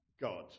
God